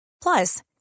plus